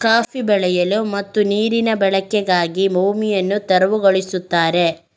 coffee ಬೆಳೆಯಲು ಮತ್ತು ನೀರಿನ ಬಳಕೆಗಾಗಿ ಭೂಮಿಯನ್ನು ತೆರವುಗೊಳಿಸುತ್ತಾರೆ